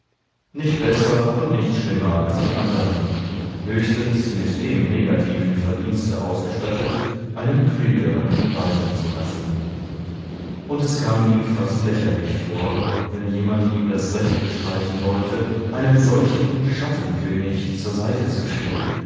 nicht besser und nicht schlimmer als die anderen höchstens mit dem negativen verdienste ausgestaltet einen klügeren walten zu lassen und es kam ihm fast lächerlich vor wenn jemand ihm das recht bestreiten wollte einen solchen schattenkönig zur seite zu schieben